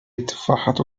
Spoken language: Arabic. التفاحة